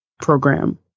program